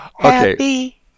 Happy